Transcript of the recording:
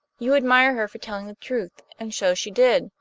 you admire her for telling the truth and so she did,